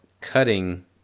cutting